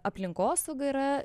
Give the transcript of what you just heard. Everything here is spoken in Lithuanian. aplinkosauga yra